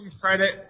credit